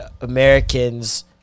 americans